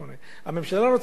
הממשלה רוצה להקל עם האזרחים.